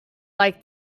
like